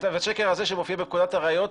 והשקר הזה שמופיע בפקודת הראיות,